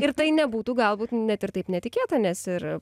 ir tai nebūtų galbūt net ir taip netikėta nes ir